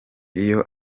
iyo